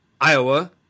Iowa